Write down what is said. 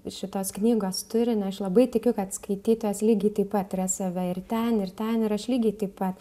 šitos knygos turinį aš labai tikiu kad skaitytojas lygiai taip pat ras save ir ten ir ten ir aš lygiai taip pat